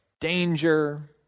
danger